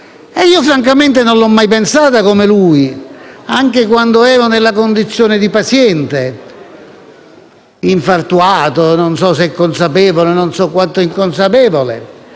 Francamente io non l'ho mai pensata come lui, anche quando ero nella condizione di paziente, infartuato, non so se consapevole o quanto inconsapevole;